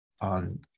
on